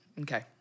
Okay